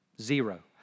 Zero